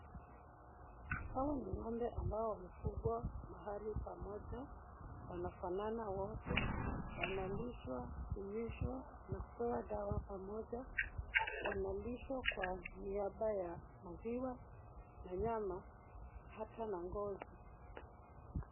Hawa ni ng'ombe ambao wamefugwa mahali pamoja. Wanafanana wote. Wanalishwa, kunyeshwa na kupewa dawa pamoja. Wanalishwa kwa niaba ya maziwa na nyama ata na ngozi.